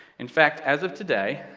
in fact, as of today,